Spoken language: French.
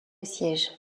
siège